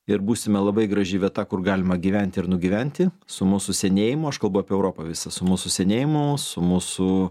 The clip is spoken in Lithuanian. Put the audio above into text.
ir būsime labai graži vieta kur galima gyventi ir nugyventi su mūsų senėjimu aš kalbu apie europą visą su mūsų senėjimu su mūsų